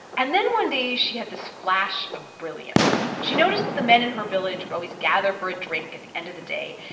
and then one day, she had this flash of brilliance. she noticed that the men in her village would always gather for a drink at the end of the day.